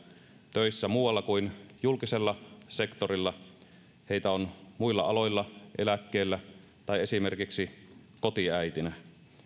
töissä muualla kuin julkisella sektorilla heitä on muilla aloilla eläkkeellä tai esimerkiksi kotiäitinä